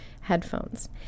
headphones